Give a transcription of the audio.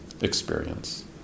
experience